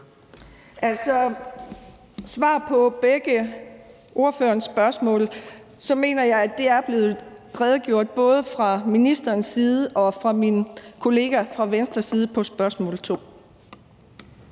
svare på begge ordførerens spørgsmål vil jeg sige, at jeg mener, at der er blevet redegjort for det, både fra ministerens side og fra min kollega fra Venstres side – på spørgsmål 2.